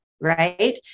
right